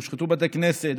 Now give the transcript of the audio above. הושחתו בתי כנסת,